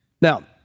Now